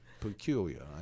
peculiar